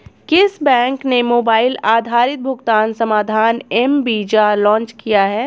किस बैंक ने मोबाइल आधारित भुगतान समाधान एम वीज़ा लॉन्च किया है?